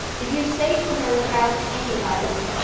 if you say to her about anybody,